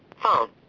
Phone